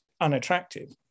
unattractive